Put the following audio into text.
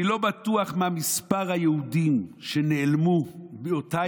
אני לא בטוח מה מספר היהודים שנעלמו מאותה